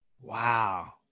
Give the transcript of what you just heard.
Wow